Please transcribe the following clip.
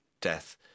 death